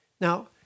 Now